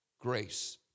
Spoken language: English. grace